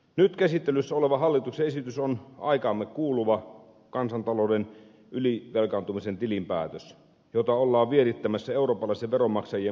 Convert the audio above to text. nyt käsittelyssä oleva hallituksen esitys on aikaamme kuuluva kansantalouden ylivelkaantumisen tilinpäätös jota ollaan vierittämässä eurooppalaisten veronmaksajien maksettavaksi